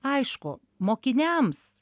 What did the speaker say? aišku mokiniams